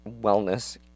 wellness